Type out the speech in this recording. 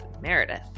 Meredith